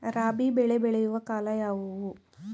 ರಾಬಿ ಬೆಳೆ ಬೆಳೆಯುವ ಕಾಲ ಯಾವುದು?